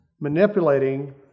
manipulating